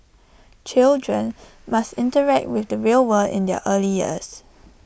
children must interact with the real world in their early years